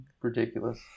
ridiculous